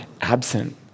absent